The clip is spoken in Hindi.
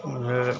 अगर